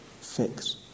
fix